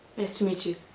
nice to meet you.